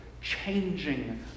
changing